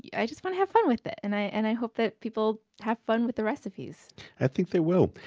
yeah i just want to have fun with it, and i and i hope that people have fun with the recipes i think they will.